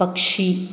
പക്ഷി